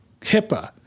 HIPAA